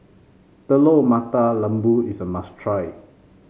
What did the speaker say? Telur Mata Lembu is a must try